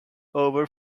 over